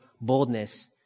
boldness